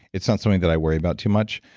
it's not something that i worry about too much.